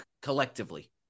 collectively